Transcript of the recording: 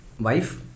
Wife